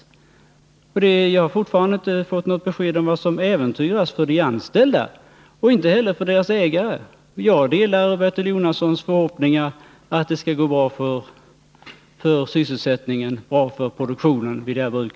Jag har fortfarande inte fått något besked om vad som äventyras för de anställda och inte heller för ägarna. Jag delar dock Bertil Jonassons förhoppning att det skall gå bra för sysselsättningen och produktionen vid dessa bruk.